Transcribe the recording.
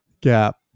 Gap